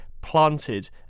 planted